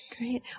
Great